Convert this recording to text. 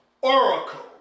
oracle